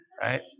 right